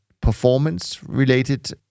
performance-related